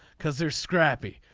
because they're scrappy.